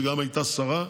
שגם הייתה שרה.